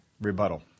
rebuttal